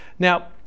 Now